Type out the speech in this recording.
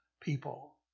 people